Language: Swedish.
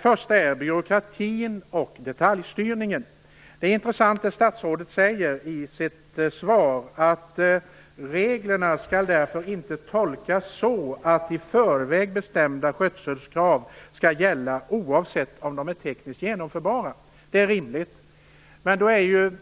Först gäller det byråkratin och detaljstyrningen. Vad statsrådet säger i sitt svar är intressant: "Reglerna skall därför inte tolkas så att i förväg bestämda skötselkrav skall gälla oavsett om de är tekniskt genomförbara ---." Det är rimligt, men